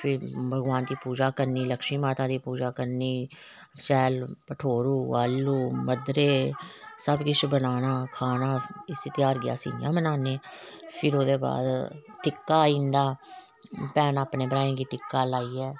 फिर भगबान दी पुजा करनी लक्षमी माता दी पूजा करनी शैल भठोरो आलू मदरे सब किश बनाने खाना इस ध्यार गी अस इयां मनाने फिर ओहदे बाद च टिक्का आई जंदा भैना अपने भ्रां गी टिक्का लाइयै